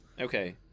Okay